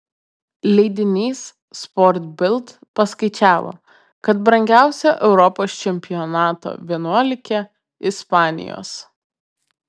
leidinys sport bild paskaičiavo kad brangiausia europos čempionato vienuolikė ispanijos